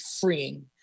freeing